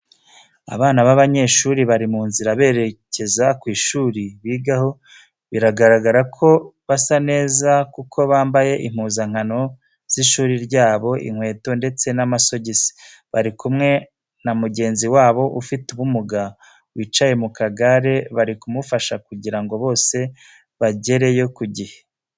Abana b'abanyeshuri bari mu nzira berekeza ku ishuri bigaho biragaragara ko basa neza kuko bambaye impuzankano z'ishuri ryabo, inkweto ndetse n'amasogisi, bari kumwe na mugenzi wabo ufite ubumuga wicaye mu kagare bari kumufasha kugira ngo bose bagereyo ku gihe.